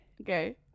Okay